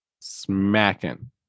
smacking